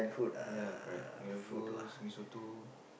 ya correct you know who's me so to